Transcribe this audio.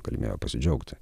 galimybė pasidžiaugti